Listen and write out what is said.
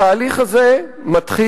התהליך הזה מתחיל,